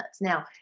Now